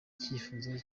cyifuzo